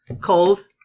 cold